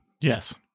Yes